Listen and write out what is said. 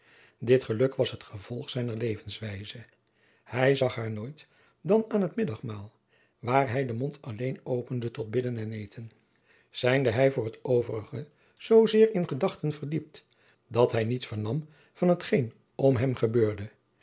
dit geluk was het gevolg jacob van lennep de pleegzoon zijner levenswijze hij zag haar nooit dan aan het middagmaal waar hij den mond alleen opende tot bidden en eten zijnde hij voor t overige zoo zeer in gedachten verdiept dat hij niets vernam van t geen om hem gebeurde